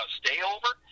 stayover